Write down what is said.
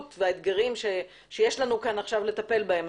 והאתגרים שיש לנו כאן עכשיו לטפל בהם.